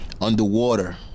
Underwater